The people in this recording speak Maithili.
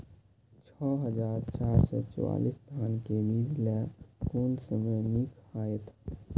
छः हजार चार सौ चव्वालीस धान के बीज लय कोन समय निक हायत?